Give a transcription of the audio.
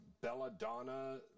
Belladonna